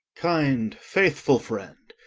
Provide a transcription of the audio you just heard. kind faithful friend,